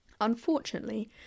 Unfortunately